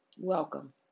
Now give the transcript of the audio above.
Welcome